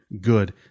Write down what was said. good